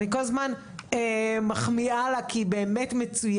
אני כל הזמן מחמיאה לה כי היא אמת מצוינת